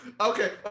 okay